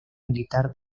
militar